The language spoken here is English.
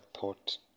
thought